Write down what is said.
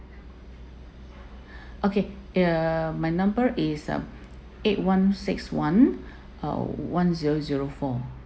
okay uh my number is uh eight one six one uh one zero zero four